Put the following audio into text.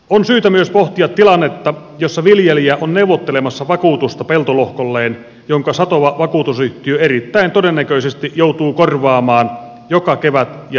on syytä myös pohtia tilannetta jossa viljelijä on neuvottelemassa vakuutusta peltolohkolleen jonka satoa vakuutusyhtiö erittäin todennäköisesti joutuu korvaamaan joka kevät ja joka syksy